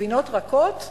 גבינות רכות?